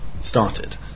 started